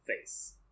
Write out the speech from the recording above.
face